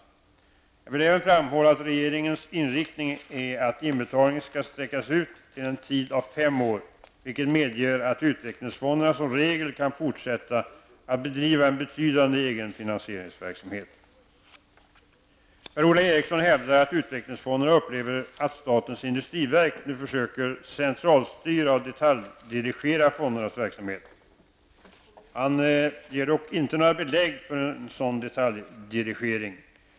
Jag vill även framhålla att regeringens inriktning är att inbetalningen skall sträckas ut till en tid av fem år, vilket medger att utvecklingsfonderna som regel kan fortsätta att bedriva en betydande egen finansieringsverksamhet. Per-Ola Erikssson hävdar att utvecklingsfonderna upplever att statens industriverk nu försöker centralstyra och detaljdirigera fondernas verksamhet. Han ger dock inte några belägg för en sådan detaljdirigering.